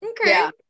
okay